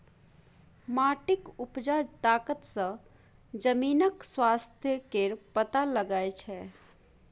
माटिक उपजा तागत सँ जमीनक स्वास्थ्य केर पता लगै छै